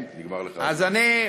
נגמר לך הזמן.